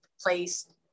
place